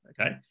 Okay